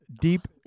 Deep